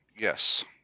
Yes